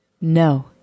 No